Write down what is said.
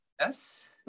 yes